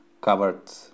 covered